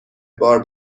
بار